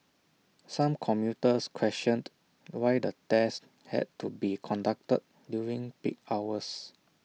some commuters questioned why the tests had to be conducted during peak hours